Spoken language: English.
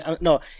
No